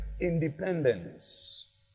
independence